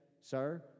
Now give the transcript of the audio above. sir